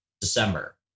december